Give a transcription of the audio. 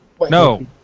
No